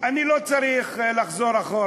לא צריך לחזור אחורה.